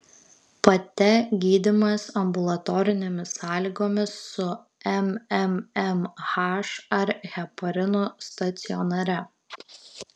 pate gydymas ambulatorinėmis sąlygomis su mmmh ar heparinu stacionare